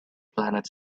planet